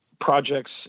projects